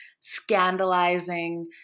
scandalizing